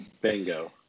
Bingo